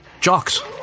Jocks